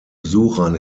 besuchern